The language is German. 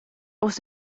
aus